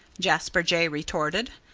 jasper jay retorted.